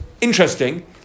interesting